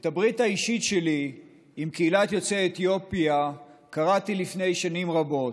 את הברית האישית שלי עם קהילת יוצאי אתיופיה כרתי לפני שנים רבות.